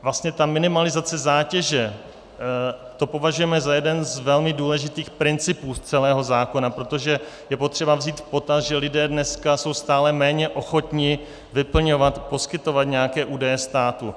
Vlastně ta minimalizace zátěže, to považujeme za jeden z velmi důležitých principů celého zákona, protože je potřeba vzít v potaz, že lidé dneska jsou stále méně ochotni vyplňovat a poskytovat nějaké údaje státu.